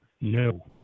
No